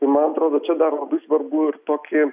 tai man atrodo čia dar labai svarbu ir tokį